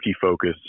focus